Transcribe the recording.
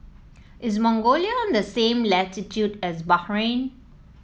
is Mongolia on the same latitude as Bahrain